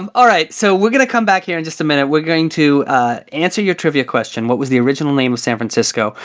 um all right. so we're going to come back here in just a minute. we're going to answer your trivia question, what was the original name of san francisco.